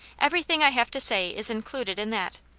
everything i have to say is included in that.